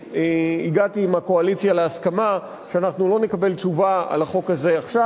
הגעתי עם הקואליציה להסכמה שאנחנו לא נקבל תשובה על החוק הזה עכשיו.